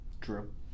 True